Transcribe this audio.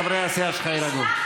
חברי הסיעה שלך יירגעו.